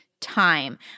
time